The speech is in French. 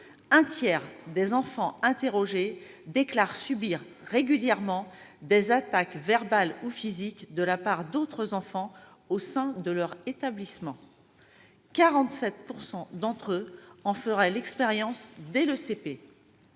un tiers des enfants interrogés déclare subir régulièrement des attaques verbales ou physiques de la part d'autres enfants au sein de leur établissement scolaire et 47 % d'entre eux en feraient l'expérience dès le CP.